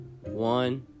one